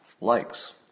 likes